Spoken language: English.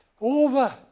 Over